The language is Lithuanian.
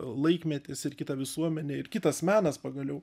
laikmetis ir kita visuomenė ir kitas menas pagaliau